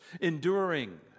Enduring